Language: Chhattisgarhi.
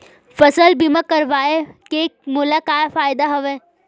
फसल बीमा करवाय के मोला का फ़ायदा हवय?